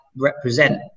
represent